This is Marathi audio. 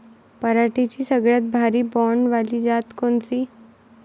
पराटीची सगळ्यात भारी बोंड वाली जात कोनची?